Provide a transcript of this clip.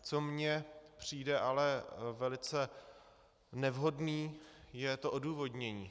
Co mě přijde ale velice nevhodné, je to odůvodnění.